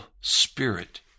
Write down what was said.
Spirit